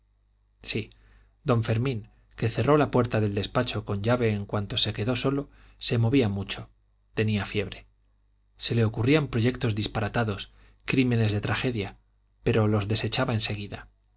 sí don fermín que cerró la puerta del despacho con llave en cuanto se quedó solo se movía mucho tenía fiebre se le ocurrían proyectos disparatados crímenes de tragedia pero los desechaba en seguida